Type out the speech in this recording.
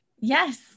Yes